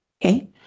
okay